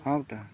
ᱦᱮᱸ ᱵᱮᱴᱟ